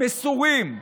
מסורים.